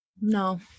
No